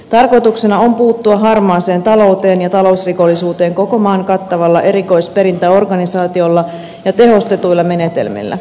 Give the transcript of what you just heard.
tarkoituksena on puuttua harmaaseen talouteen ja talousrikollisuuteen koko maan kattavalla erikoisperintäorganisaatiolla ja tehostetuilla menetelmillä